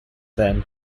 then